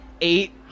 Eight